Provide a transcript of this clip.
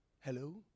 Hello